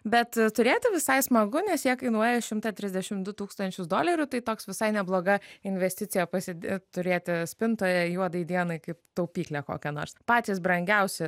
bet turėti visai smagu nes jie kainuoja šimtą trisdešim du tūkstančius dolerių tai toks visai nebloga investicija pasid turėti spintoje juodai dienai kaip taupyklę kokią nors patys brangiausi